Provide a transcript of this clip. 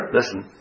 listen